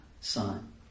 son